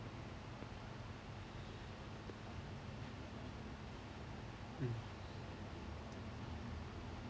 mm